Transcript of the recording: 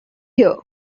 here